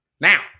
Now